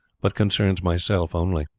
but concerns myself only.